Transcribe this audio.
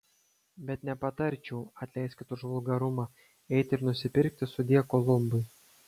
bet nepatarčiau atleiskit už vulgarumą eiti ir nusipirkti sudie kolumbai